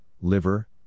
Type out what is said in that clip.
liver